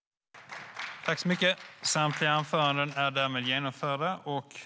)